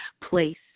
place